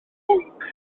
bwnc